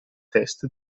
test